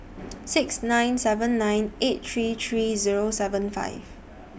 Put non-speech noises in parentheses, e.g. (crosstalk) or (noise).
(noise) six nine seven nine eight three three Zero seven five